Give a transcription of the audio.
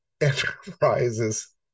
Enterprises